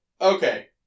okay